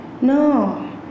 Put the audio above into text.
No